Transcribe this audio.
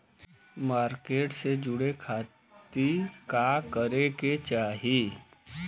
Market से जुड़े खाती का करे के चाही?